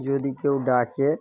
যদি কেউ ডাকে